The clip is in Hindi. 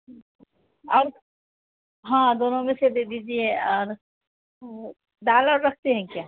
और हाँ दोनों में से दे दीजिए और वह दालों रखते हैं क्या